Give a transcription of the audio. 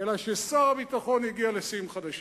אלא ששר הביטחון הגיע לשיאים חדשים: